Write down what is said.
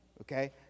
Okay